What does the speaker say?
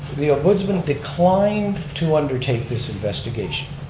the ombudsman declined to undertake this investigation,